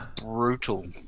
brutal